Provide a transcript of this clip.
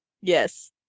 Yes